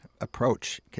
approach